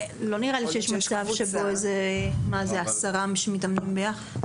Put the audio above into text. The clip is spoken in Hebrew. לא נראה לי שיש 10 אנשים שמתאמנים ביחד...